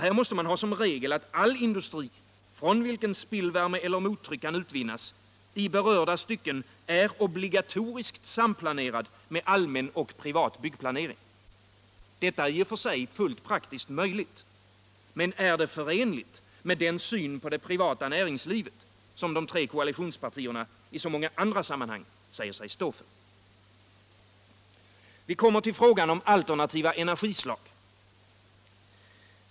Man mäste ha som regel att all industri, från vilken spillvärme eller mottryck kan utvinnas, i berörda — Nr 21 stycken är obligatoriskt samplanerad med allmän och privat byggpla Måndagen den nering. Detta är i och för sig fullt praktiskt möjligt. Men är det förenligt 8 november 1976 med den syn på det privata näringslivet som de tre koalitionspartierna i så många andra sammanhang säger sig stå för? Om regeringens Vi kommer till frågan om alternativa energislag.